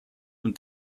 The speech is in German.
und